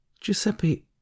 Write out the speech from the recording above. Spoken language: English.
Giuseppe